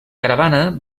caravana